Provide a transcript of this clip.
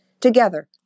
Together